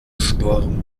sturm